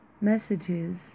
messages